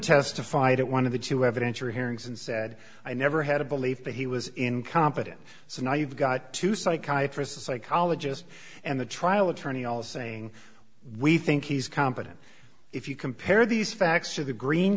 testified at one of the two evidence or hearings and said i never had a belief that he was incompetent so now you've got two psychiatrists a psychologist and the trial attorney all saying we think he's competent if you compare these facts to the green